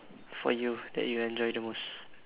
for you that you enjoy the most